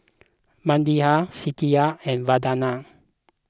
Medha Satya and Vandana